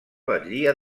batllia